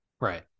right